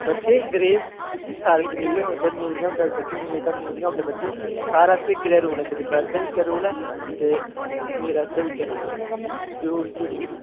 बच्चे गरीब इत्थै सारे गरीब औंदे मीर निं औंदे जेह्के मीर ते मीर गै होंदे बच्चे सारे आस्तै इक्कै जेहा रूल ऐ गरीबै आस्तै बी इक्कै रूल ऐ मीरै आस्तै बी इक्कै रूल ऐ रूल इज़ रूल